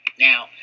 Now